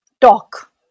talk